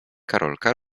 karolka